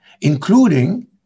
including